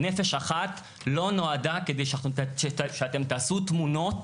"נפש אחת" לא נועדה כדי שאתם תעשו תמונות